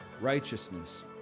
righteousness